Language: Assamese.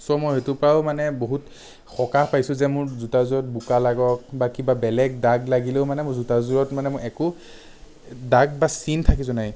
চ' মই সেইটোৰ পৰাও মানে বহুত সকাহ পাইছোঁ যে মোৰ জোতাযোৰত বোকা লাগক বা কিবা বেলেগ দাগ লাগিলেও মানে মই জোতাযোৰত মানে মোৰ একো দাগ বা চিন থাকি যোৱা নাই